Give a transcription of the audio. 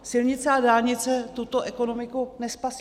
Silnice a dálnice tuto ekonomiku nespasí.